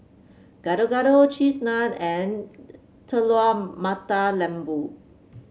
Gado Gado Cheese Naan and Telur Mata Lembu